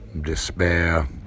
Despair